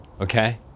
okay